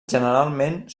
generalment